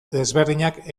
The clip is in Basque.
desberdinak